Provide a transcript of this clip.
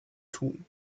tun